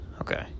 Okay